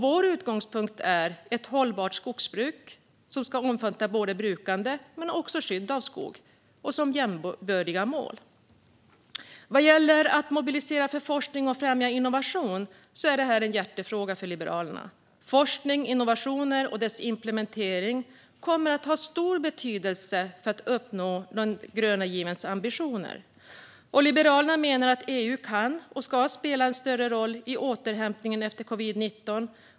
Vår utgångspunkt är ett hållbart skogsbruk som ska omfatta brukande men också skydd av skog som jämbördiga mål. Att mobilisera forskning och främja innovation är en hjärtefråga för Liberalerna. Forskning och innovationer och deras implementering kommer att ha stor betydelse för att uppnå den gröna givens ambitioner. Liberalerna menar att EU kan och ska spela en större roll i återhämningen efter covid-19.